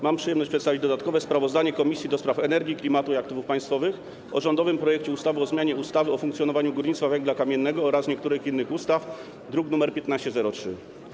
Mam przyjemność przedstawić dodatkowe sprawozdanie Komisji do Spraw Energii, Klimatu i Aktywów Państwowych o rządowym projekcie ustawy o zmianie ustawy o funkcjonowaniu górnictwa węgla kamiennego oraz niektórych innych ustaw, druk nr 1503.